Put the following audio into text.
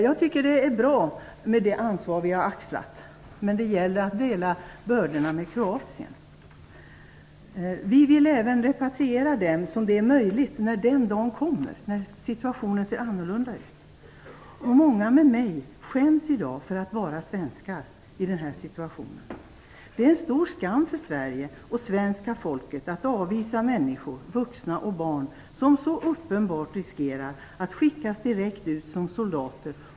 Jag tycker att det är bra att vi har axlat ett ansvar, men det gäller att dela bördorna med Kroatien. Vi vill även repatriera dem som det är möjligt att repatriera när den dagen kommer - när situationen ser annorlunda ut. Många med mig skäms i dag för att vara svensk i denna situation. Det är en stor skam för Sverige och svenska folket att vi avvisar människor - vuxna och barn - som så uppenbart riskerar att direkt skickas ut som soldater.